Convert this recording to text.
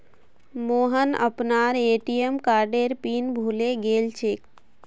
मोहन अपनार ए.टी.एम कार्डेर पिन भूले गेलछेक